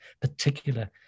particular